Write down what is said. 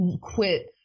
quit